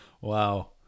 Wow